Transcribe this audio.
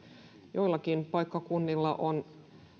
joillakin paikkakunnilla on